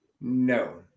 No